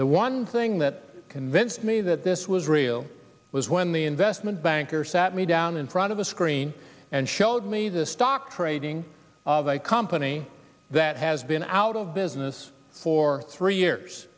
the one thing that convinced me that this was real was when the investment banker sat me down in front of a screen and showed me the stock trading of a company that has been out of business for three years